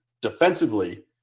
defensively